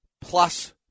plus